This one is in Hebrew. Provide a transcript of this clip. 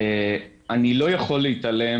אני לא יכול להתעלם,